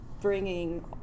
bringing